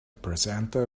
presenter